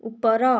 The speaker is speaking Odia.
ଉପର